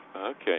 okay